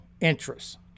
interests